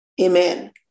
Amen